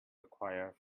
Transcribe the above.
acquire